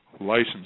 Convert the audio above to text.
license